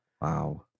Wow